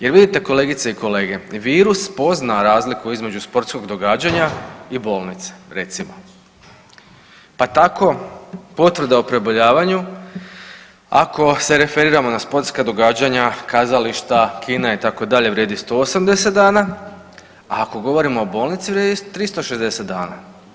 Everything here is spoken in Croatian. Jel vidite kolegice i kolege, virus pozna razliku između sportskog događanja i bolnice recimo, pa tako potvrda o preboljavanju ako se referiramo na sportska događanja, kazališta, kina itd. vrijedi 180 dana, a ako govorimo o bolnici vrijedi 360 dana.